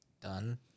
done